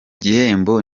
gihembo